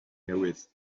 newydd